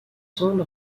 tombe